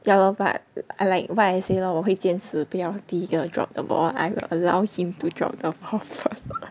ya loh but I like what I said lor 我会坚持不要第一个 drop the ball I allow him to drop the ball first